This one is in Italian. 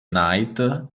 night